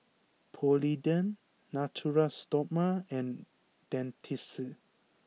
Polident Natura Stoma and Dentiste